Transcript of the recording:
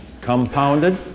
Compounded